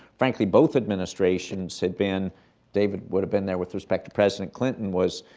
frankly, both administrations had been david would have been there with respect to president clinton was,